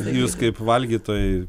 jūs kaip valgytojai